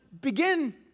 begin